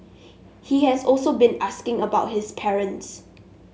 he has also been asking about his parents